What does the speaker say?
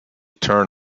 turn